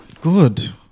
good